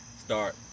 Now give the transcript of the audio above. Start